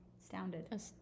astounded